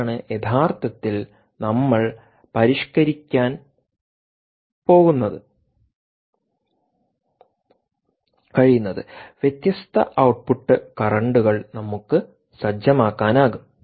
ഇതാണ് യഥാർത്ഥത്തിൽ നമ്മൾക്ക് പരിഷ്കരിക്കാൻ കഴിയുന്നത് വ്യത്യസ്ത ഔട്ട്പുട്ട് കറൻറ്കൾ നമുക്ക് സജ്ജമാക്കാനാകും